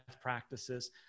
practices